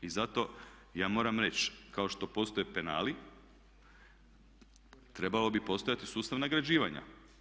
I zato ja moram reći kao što postoje penali, trebao bi postojati sustav nagrađivanja.